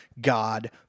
God